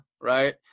right